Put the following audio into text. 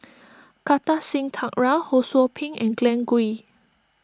Kartar Singh Thakral Ho Sou Ping and Glen Goei